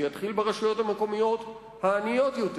זה יתחיל ברשויות המקומיות העניות יותר,